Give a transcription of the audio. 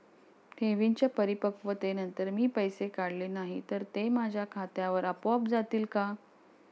ठेवींच्या परिपक्वतेनंतर मी पैसे काढले नाही तर ते माझ्या खात्यावर आपोआप जातील का?